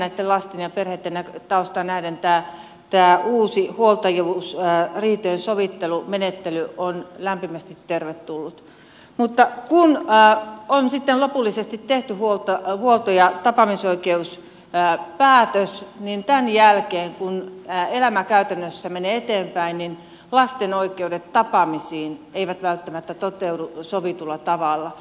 näitten lasten ja perheitten taustaan nähden tämä uusi huoltajuusriitojen sovittelumenettely on lämpimästi tervetullut mutta kun on sitten lopullisesti tehty huolto ja tapaamisoikeuspäätös niin tämän jälkeen kun elämä käytännössä menee eteenpäin lasten oikeudet tapaamisiin eivät välttämättä toteudu sovitulla tavalla